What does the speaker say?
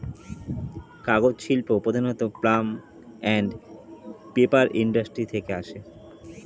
কাগজ শিল্প প্রধানত পাল্প অ্যান্ড পেপার ইন্ডাস্ট্রি থেকে আসে